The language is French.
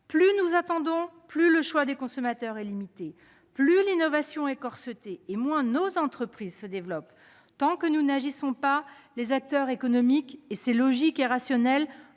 Plus nous attendons, plus le choix des consommateurs est limité, plus l'innovation est corsetée, et moins nos entreprises se développent. Tant que nous n'agissons pas, les acteurs économiques- c'est logique et rationnel